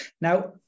Now